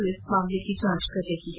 police मामले की जांच कर रही है